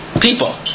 people